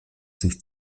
sich